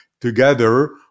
Together